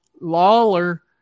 Lawler